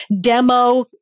demo